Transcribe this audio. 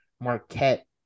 Marquette